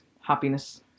happiness